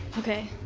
okay.